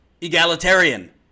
egalitarian